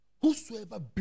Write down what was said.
Whosoever